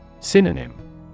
Synonym